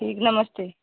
ठीक नमस्ते